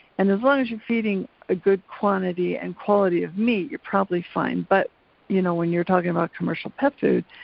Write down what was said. and as long as you're feeding a good quantity and quality of meat you're probably fine, but you know when you're talking about commercial pet food,